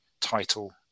title